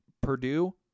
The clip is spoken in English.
Purdue